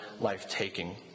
life-taking